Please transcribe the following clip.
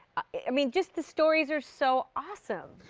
i mean just the stories are so awesome.